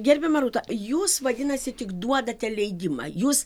gerbiama rūta jūs vadinasi tik duodate leidimą jūs